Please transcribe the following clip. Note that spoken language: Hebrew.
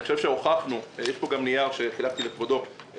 יש פה גם נייר שחילקתי לכבודו.